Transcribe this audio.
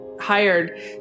hired